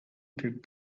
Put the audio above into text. did